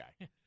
guy